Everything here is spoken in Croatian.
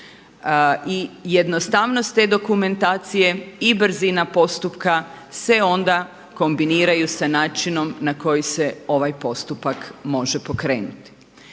I jednostavnost te dokumentacije i brzina postupka se onda kombiniraju sa načinom kojim se ovaj postupak može pokrenuti.